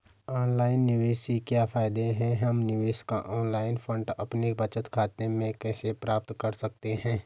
Online निवेश से क्या फायदा है हम निवेश का ऑनलाइन फंड अपने बचत खाते में कैसे प्राप्त कर सकते हैं?